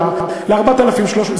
עלה ל-4,300,